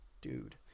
dude